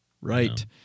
Right